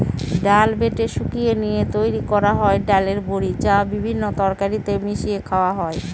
ডাল বেটে শুকিয়ে নিয়ে তৈরি করা হয় ডালের বড়ি, যা বিভিন্ন তরকারিতে মিশিয়ে খাওয়া হয়